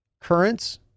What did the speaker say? currents